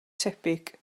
tebyg